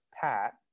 Pat